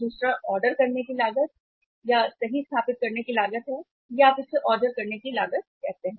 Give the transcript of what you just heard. दूसरा ऑर्डर करने की लागत सही स्थापित करने की लागत है या आप इसे ऑर्डर करने की लागत कहते हैं